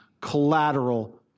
collateral